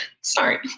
sorry